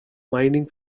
mining